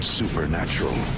supernatural